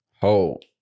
hold